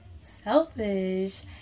Selfish